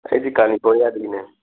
ꯑꯩꯗꯤ ꯀꯥꯂꯤꯐꯣꯔꯅꯤꯌꯥꯗꯒꯤꯅꯦ